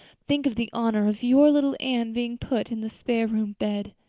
think of the honor of your little anne being put in the spare-room bed.